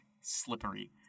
slippery